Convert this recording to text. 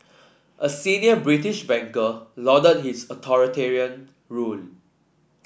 a senior British banker lauded his authoritarian rule